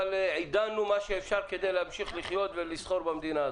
אבל עידנו מה שאפשר לכדי להמשיך לחיות ולסחור במדינה הזו.